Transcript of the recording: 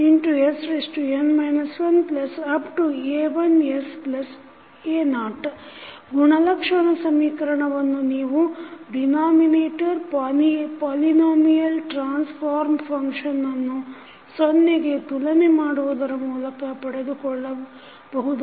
a1sa0 ಗುಣಲಕ್ಷಣ ಸಮೀಕರಣವನ್ನು ನೀವು denominator polynomial transform function ಅನ್ನು ಸೊನ್ನೆಗೆ ತುಲನೆ ಮಾಡುವುದರ ಮೂಲಕ ಪಡೆದುಕೊಳ್ಳಬಹುದು